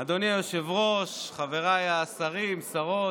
אדוני היושב-ראש, חבריי השרים, שרות,